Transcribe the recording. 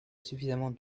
suffisamment